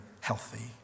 healthy